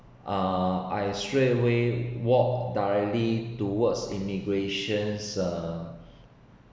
uh I straight away walk directly towards immigration uh